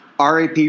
RAP